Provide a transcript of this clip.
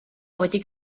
wedi